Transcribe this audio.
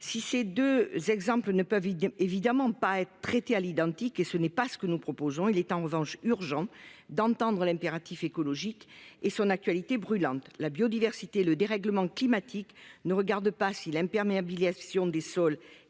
Si ces 2 exemples ne peuvent évidemment pas être traités à l'identique et ce n'est pas ce que nous proposons. Il est en revanche urgent d'entendre l'impératif écologique et son actualité brûlante, la biodiversité, le dérèglement climatique ne regarde pas si l'imperméabilisation des sols